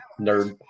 nerd